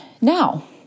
now